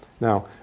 Now